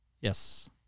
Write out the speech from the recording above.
Yes